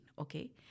Okay